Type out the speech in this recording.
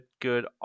good